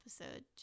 episode